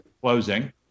closing